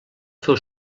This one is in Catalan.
feu